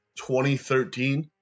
2013